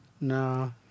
No